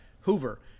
Hoover